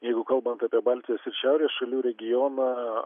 jeigu kalbant apie baltijos ir šiaurės šalių regioną